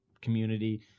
community